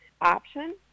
option